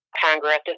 Congress